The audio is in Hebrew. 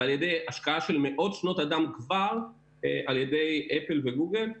ועל ידי השקעה של מאות שנות אדם כבר על ידי אפל וגוגל,